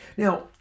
Now